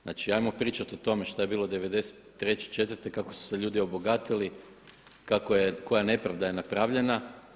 Znači, hajmo pričati o tome šta je bilo '93., '94., kako su se ljudi obogatili, kako je koja nepravda je napravljena.